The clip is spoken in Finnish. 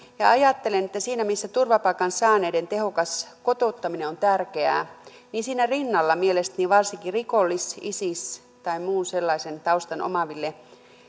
ajattelen että siinä missä turvapaikan saaneiden tehokas kotouttaminen on tärkeää niin siinä rinnalla mielestäni varsinkin rikollis isis tai muun sellaisen taustan omaavien